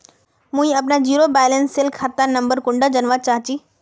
मुई अपना zero balance सेल खाता नंबर कुंडा जानवा चाहची?